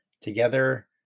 together